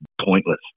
pointless